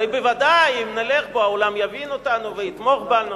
הרי בוודאי אם נלך, בעולם יבינו אותנו ויתמכו בנו.